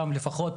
גם לפחות